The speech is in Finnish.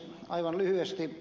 aivan lyhyesti